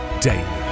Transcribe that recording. daily